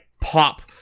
pop